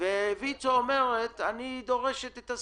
וויצ"ו דורשת את השכירות,